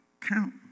count